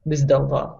vis dėlto